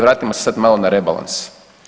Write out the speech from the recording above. Vratimo se sada malo na rebalans.